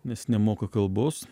nes nemoka kalbos